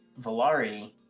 Valari